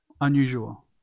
unusual